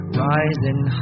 rising